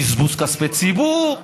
בזבוז כספי ציבור,